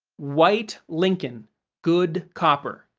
white lincoln good copper.